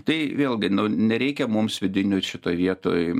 tai vėlgi nereikia mums vidinių šitoj vietoj